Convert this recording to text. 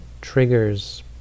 triggers